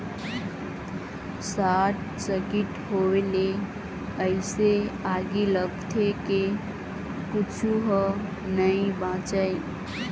short circuit होए ले अइसे आगी लगथे के कुछू ह नइ बाचय